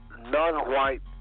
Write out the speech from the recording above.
Non-white